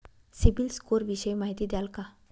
CIBIL score विषयी माहिती द्याल का?